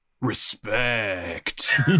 Respect